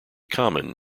common